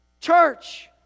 Church